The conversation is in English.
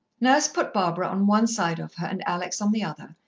nurse put barbara on one side of her and alex on the other,